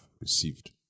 received